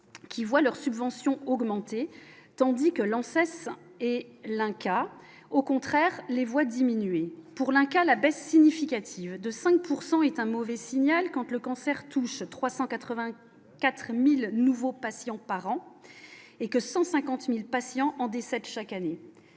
qui voient leurs subventions augmenter tandis que Lens et l'INCa au contraire les voient diminuer pour l'INCa la baisse significative de 5 pourcent est un mauvais signal Kant le cancer touche 380 4000 nouveaux patients par an et que 150000 patients en décèdent chaque année